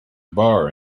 bar